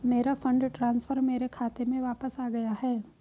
मेरा fund transfer मेरे खाते में वापस आ गया है